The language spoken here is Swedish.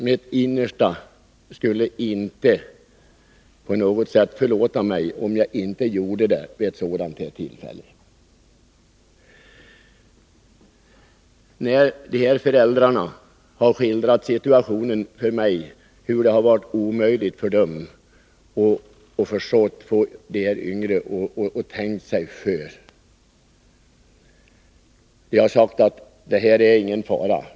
Jag skulle inte känna mig förlåten i mitt innersta om jag inte gjorde det vid ett sådant här tillfälle. Föräldrar har skildrat sin situation för mig. De har berättat hur omöjligt det har varit att få ungdomarna att tänka sig för. Ungdomarna har sagt: Det är ingen fara.